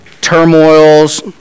turmoils